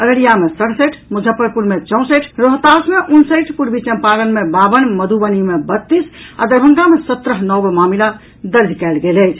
अररिया मे सड़सठि मुजफ्फरपुर मे चौंसठि रोहतास मे उनसठि पूर्वी चंपारण मे बावन मधुबनी मे बत्तीस आ दरभंगा मे सत्रह नव मामिला दर्ज कयल गेल अछि